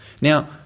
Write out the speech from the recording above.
Now